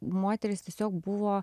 moterys tiesiog buvo